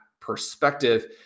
perspective